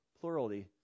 plurality